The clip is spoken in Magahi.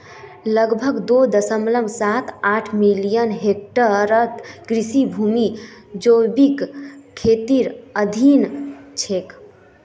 लगभग दो दश्मलव साथ आठ मिलियन हेक्टेयर कृषि भूमि जैविक खेतीर अधीन छेक